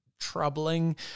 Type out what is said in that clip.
troubling